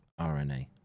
RNA